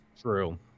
true